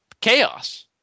chaos